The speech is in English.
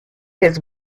his